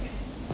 mm